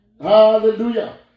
hallelujah